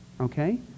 okay